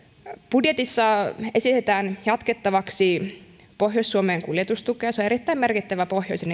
budjetissa esitetään jatkettavaksi pohjois suomen kuljetustukea se on erittäin merkittävä pohjoisen